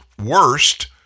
worst